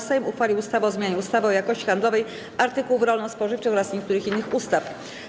Sejm uchwalił ustawę o zmianie ustawy o jakości handlowej artykułów rolno-spożywczych oraz niektórych innych ustaw.